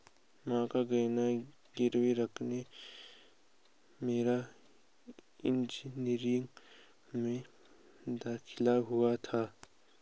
मां का गहना गिरवी रखकर मेरा इंजीनियरिंग में दाखिला हुआ था